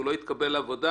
הוא לא יתקבל לעבודה,